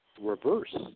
reverse